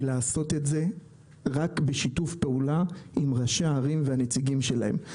לעשות את זה רק בשיתוף פעולה עם ראשי הערים והנציגים שלהם.